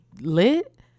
lit